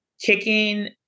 kicking